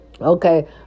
okay